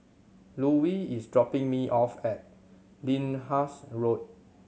Lulie is dropping me off at Lyndhurst Road